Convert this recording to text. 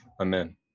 Amen